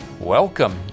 Welcome